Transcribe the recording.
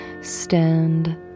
stand